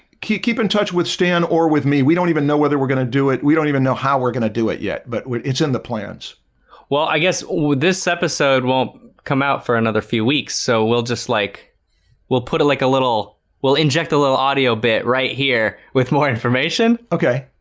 keep in touch with stan or with me. we don't even know whether we're gonna do it we don't even know how we're gonna do it yet, but it's in the plans well, i guess this episode won't come out for another few weeks so we'll just like we'll put it like a little we'll inject a little audio bit right here with more information. okay?